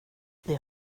det